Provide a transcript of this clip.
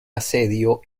asedio